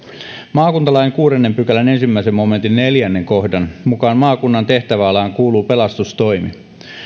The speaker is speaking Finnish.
maakuntalain kuudennen pykälän ensimmäisen momentin neljännen kohdan mukaan maakunnan tehtäväalaan kuuluu pelastustoimi